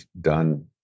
done